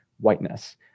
whiteness